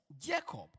Jacob